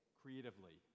creatively